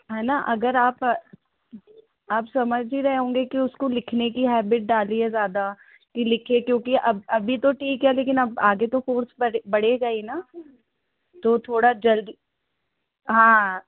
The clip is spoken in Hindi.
है ना अगर आप आप समझ ही रहे होंगे कि उसको लिखने की हैबिट डालिए ज़्यादा कि लिखे क्योंकि अब अभी तो ठीक है लेकिन अब आगे तो कोर्स बढ़े बढ़ेगा ही ना तो थोड़ा जल्दी हाँ